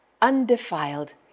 undefiled